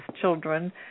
children